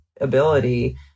ability